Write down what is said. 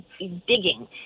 digging